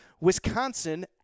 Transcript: Wisconsin